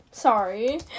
Sorry